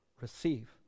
Receive